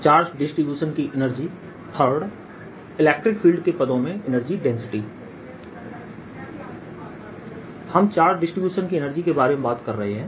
charge distribution की energy III electric field के पदों में एनर्जी डेंसिटी हम चार्ज डिसटीब्यूशन की एनर्जी के बारे में बात कर रहे हैं